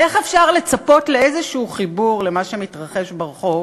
איך אפשר לצפות לאיזשהו חיבור למה שמתרחש ברחוב